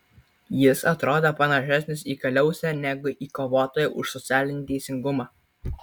jis atrodė panašesnis į kaliausę negu į kovotoją už socialinį teisingumą